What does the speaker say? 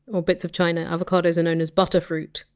or bits of china, avocados are known as! butterfruit,